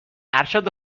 ارشد